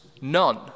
none